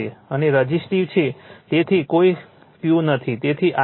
અને તે રઝિસ્ટીવ છે તેથી કોઈ Q નથી તેથી IL PL VL હોવો જોઈએ